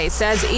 says